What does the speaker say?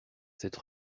cette